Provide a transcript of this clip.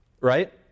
Right